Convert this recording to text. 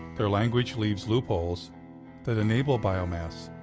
their language leaves loopholes that enable biomass.